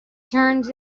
turns